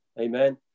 Amen